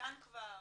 הותקן כבר?